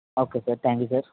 okay sir thank you sir